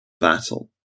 battle